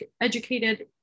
educated